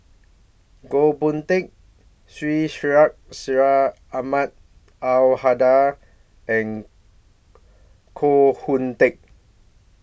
Goh Boon Teck Syed Sheikh Syed Ahmad Al Hadi and Koh Hoon Teck